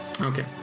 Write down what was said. Okay